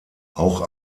auch